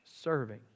serving